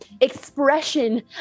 expression